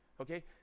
Okay